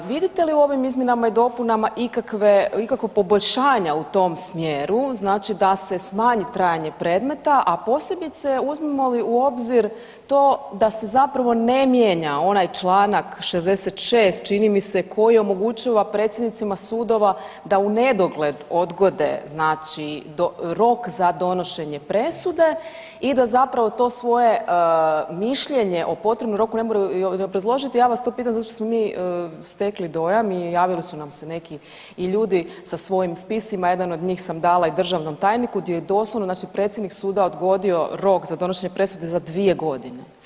Vidite li u ovim izmjenama i dopunama ikakve, ikakva poboljšanja u tom smjeru znači da se smanji trajanje predmeta, a posebice uzmemo li u obzir to da se zapravo ne mijenja onaj Članak 66. čini mi se koji je omogućila predsjednicima sudova da u nedogled odgode znači rok za donošenje presude i da zapravo to svoje mišljenje o potrebnom roku ne moraju ni obrazložiti, ja vas to pitam zato što smo mi stekli dojam i javili su nam se i neki i ljudi sa svojim spisima, jedan od njih sam i dala i državnom tajniku gdje je doslovno znači predsjednik suda odgodio rok za donošenje presude za 2 godine.